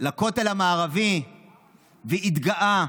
הגיע לכותל המערבי והתגאה